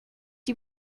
die